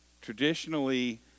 Traditionally